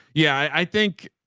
yeah, i think